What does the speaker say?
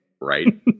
right